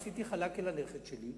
עשיתי "חלאקה" לנכד שלי,